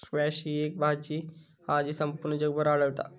squash ही अशी भाजी हा जी संपूर्ण जगभर आढळता